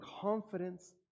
confidence